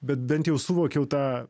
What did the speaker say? bet bent jau suvokiau tą